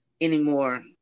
anymore